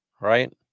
right